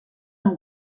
amb